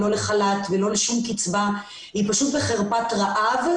לא ל חל"ת ולא לשום קצבה והיא פשוט בחרפת רעב.